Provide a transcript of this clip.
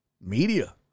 media